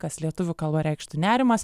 kas lietuvių kalba reikštų nerimas